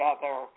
together